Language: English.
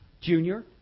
junior